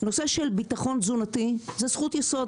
נושא של ביטחון תזונתי זה זכות יסוד,